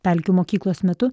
pelkių mokyklos metu